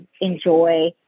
enjoy